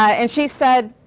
and she said,